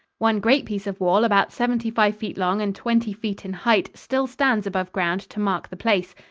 one great piece of wall about seventy-five feet long and twenty feet in height still stands above ground to mark the place,